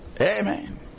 Amen